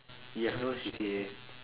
you have no C_C_A